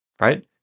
right